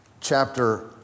chapter